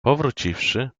powróciwszy